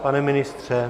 Pane ministře?